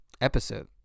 episode